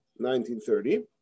1930